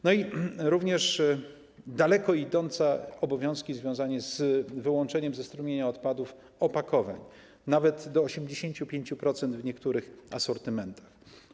Chodzi również o daleko idące obowiązki związane z wyłączeniem ze strumienia odpadów opakowań, nawet do 85% w niektórych asortymentach.